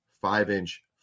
five-inch